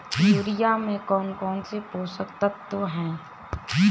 Urea में कौन कौन से पोषक तत्व है?